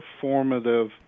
formative